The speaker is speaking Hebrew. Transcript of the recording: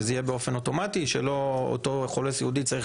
שזה יהיה באופן אוטומטי ולא אותו חולה סיעודי צריך